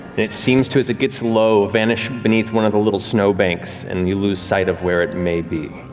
it seems to, as it gets low, vanish beneath one of the little snowbanks and you lose sight of where it may be.